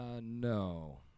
no